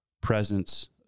presence